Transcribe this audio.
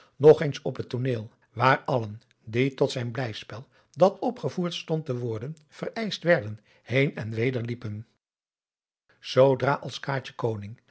nog eens op het tooneel waar allen die tot zijn blijspel dat opgevoerd stond te worden vereischt werden heen en weder liepen zoodra als